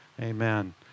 Amen